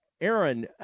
Aaron